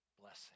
blessing